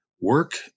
work